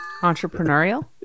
entrepreneurial